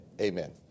amen